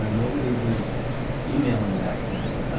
nobody was emailing back then.